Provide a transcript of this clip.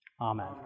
Amen